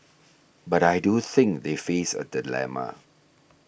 but I do think they face a dilemma